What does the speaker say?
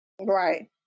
Right